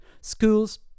schools